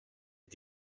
les